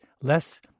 less